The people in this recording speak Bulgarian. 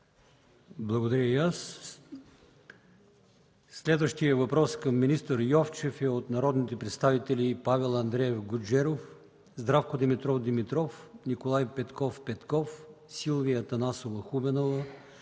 Благодаря и аз. Следващият въпрос към министър Йовчев е от народните представители Павел Андреев Гуджеров, Здравко Димитров Димитров, Николай Петков Петков, Сливия Атанасова Хубенова